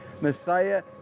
Messiah